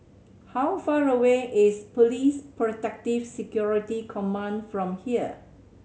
how far away is Police Protective Security Command from here